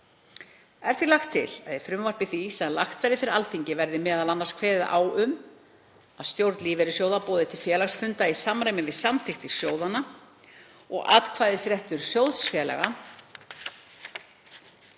Er því lagt til að í frumvarpi því sem lagt verði fyrir Alþingi verði m.a. kveðið á um að stjórn lífeyrissjóða boði til félagsfunda í samræmi við samþykktir sjóðanna og atkvæðisréttur sjóðfélaga